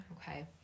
Okay